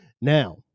now